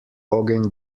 ogenj